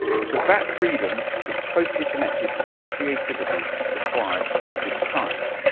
because that freedom is closely connected with the creativity required for good science.